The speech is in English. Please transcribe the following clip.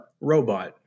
robot